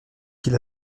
qu’il